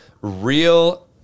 real